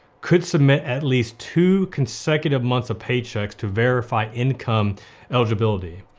could submit at least two consecutive months of paychecks to verify income eligibility.